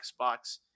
Xbox